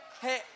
Hey